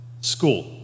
school